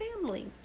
family